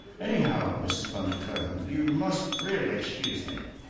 anyhow, mrs. bundercombe, you must really excuse me,